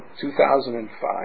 2005